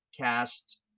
cast